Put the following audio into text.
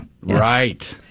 right